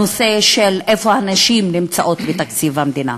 אחר הנושא של איפה הנשים נמצאות בתקציב המדינה.